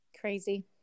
Crazy